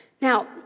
Now